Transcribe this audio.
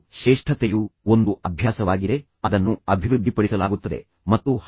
ಶ್ರೇಷ್ಠತೆಯು ಒಂದು ಅಭ್ಯಾಸವಾಗಿದೆ ಅದನ್ನು ಅಭಿವೃದ್ಧಿಪಡಿಸಲಾಗುತ್ತದೆ ಮತ್ತು ನಂತರ ಅದನ್ನು ಅಭ್ಯಾಸವನ್ನಾಗಿ ಮಾಡಲಾಗುತ್ತದೆ